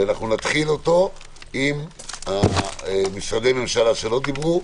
ונתחיל אותו עם משרדי הממשלה שלא דיברו,